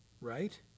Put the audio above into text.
right